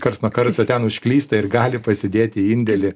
karts nuo karto ten užklysta ir gali pasidėti indėlį